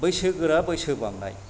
बैसो गोरा बैसो बांनाय